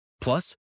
Plus